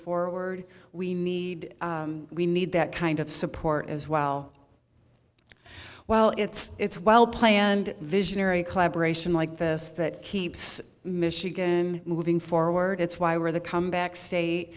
forward we need we need that kind of support as well well it's it's well planned visionary collaboration like this that keeps michigan moving forward it's why were the come back say